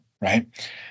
right